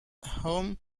home